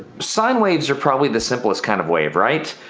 sine waves are probably the simplest kind of wave, right?